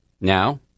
Now